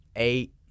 eight